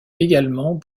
également